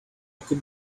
could